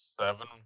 seven